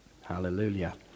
Hallelujah